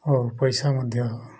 ଆଉ ପଇସା ମଧ୍ୟ